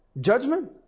judgment